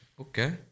Okay